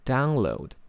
,Download